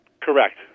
Correct